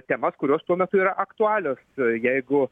temas kurios tuo metu yra aktualios jeigu